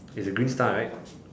okay the green star right